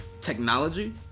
technology